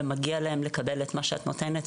מגיע להם את מה שאת נותנת,